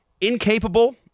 incapable